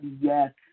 yes